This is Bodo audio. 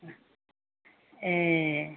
ए